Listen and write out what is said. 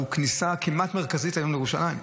הוא כניסה כמעט מרכזית היום לירושלים.